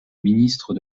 ministre